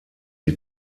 die